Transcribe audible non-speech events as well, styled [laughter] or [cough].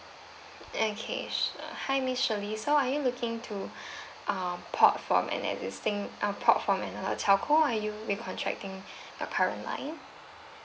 okay [noise] uh hi miss shirley so are you looking to um port from an existing um port from another telco or are you recontracting a current line